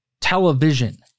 Television